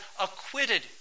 acquitted